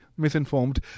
Misinformed